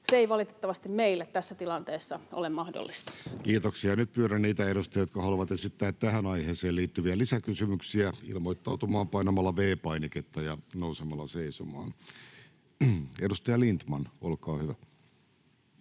(Miapetra Kumpula-Natri sd) Time: 16:06 Content: Kiitoksia. — Ja nyt pyydän niitä edustajia, jotka haluavat esittää tähän aiheeseen liittyviä lisäkysymyksiä, ilmoittautumaan painamalla V-painiketta ja nousemalla seisomaan. — Edustaja Lindtman, olkaa hyvä.